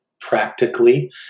practically